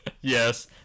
Yes